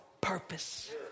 purpose